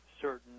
certain